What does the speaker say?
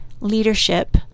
leadership